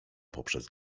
poprzez